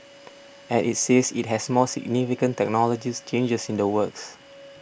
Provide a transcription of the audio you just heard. and it says it has more significant technologies changes in the works